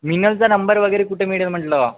मिनलचा number वगैरे कुठे मिळेल म्हटलं बा